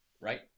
right